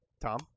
Tom